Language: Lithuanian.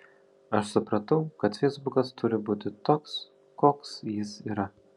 aš supratau kad feisbukas turi būti toks koks jis yra